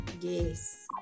Yes